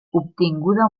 obtinguda